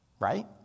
right